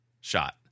shot